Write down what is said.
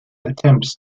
attempts